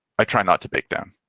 i try not to bake down.